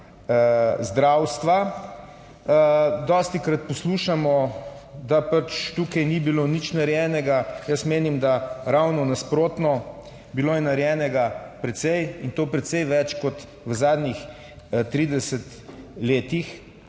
zdravstva. Dostikrat poslušamo, da pač tukaj ni bilo nič narejenega. Jaz menim, da ravno nasprotno, bilo je narejenega precej in to precej več kot v zadnjih 30 letih.